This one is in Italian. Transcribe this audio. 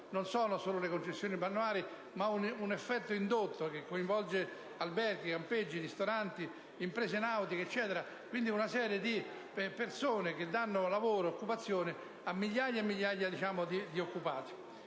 dispongono delle concessioni, perché si verifica un effetto indotto che coinvolge alberghi, campeggi, ristoranti, imprese nautiche eccetera. Quindi, una serie di imprese che danno lavoro e occupazione a migliaia e migliaia di persone.